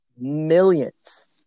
millions